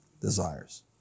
desires